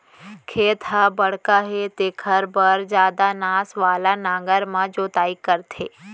खेत ह बड़का हे तेखर बर जादा नास वाला नांगर म जोतई करथे